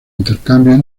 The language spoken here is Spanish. intercambios